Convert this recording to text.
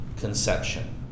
conception